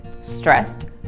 stressed